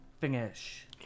finish